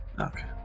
Okay